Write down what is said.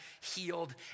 healed